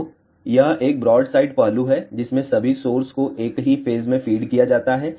तो यह एक ब्रॉडसाइड पहलू है जिसमें सभी सोर्स को एक ही फेज में फीड किया जाता है